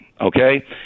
okay